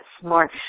smart